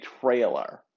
trailer